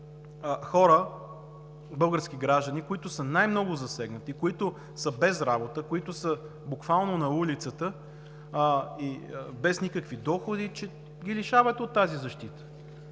хора – български граждани, които са най-много засегнати, които са без работа, които са буквално на улицата и без никакви доходи, че ги лишавате от тази защита,